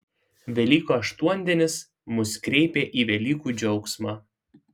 velykų aštuondienis mus kreipia į velykų džiaugsmą